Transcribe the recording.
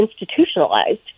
institutionalized